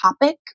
topic